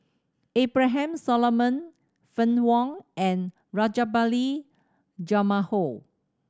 Abraham Solomon Fann Wong and Rajabali Jumabhoy